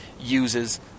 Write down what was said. uses